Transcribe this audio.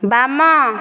ବାମ